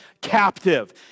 captive